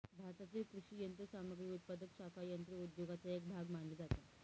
भारतातील कृषी यंत्रसामग्री उत्पादक शाखा यंत्र उद्योगाचा एक भाग मानली जाते